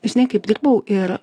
žinai kaip dirbau ir